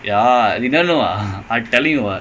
I didn't see